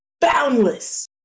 Boundless